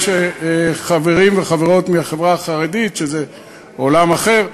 יש חברים וחברות מהחברה החרדית, שזה עולם אחר.